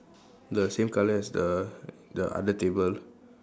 the same colour as the the other table